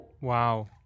wow